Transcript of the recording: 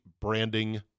branding